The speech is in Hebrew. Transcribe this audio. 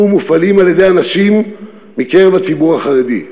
ומופעלים על-ידי אנשים מקרב הציבור החרדי.